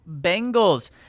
Bengals